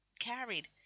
carried